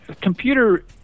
computer